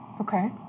Okay